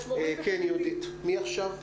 יהודית, מי עכשיו?